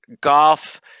golf